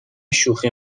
شوخی